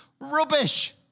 rubbish